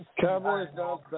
Cowboys